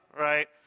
right